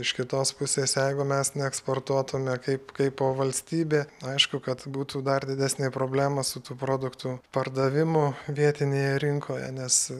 iš kitos pusės jeigu mes neeksportuotume kaip kaipo valstybė aišku kad būtų dar didesnė problema su tų produktų pardavimu vietinėje rinkoje nes